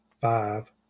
five